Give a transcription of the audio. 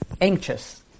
anxious